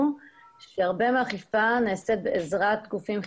שהרבה מהאכיפה נעשית בעזרת גופים חיצוניים,